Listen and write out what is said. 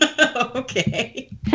Okay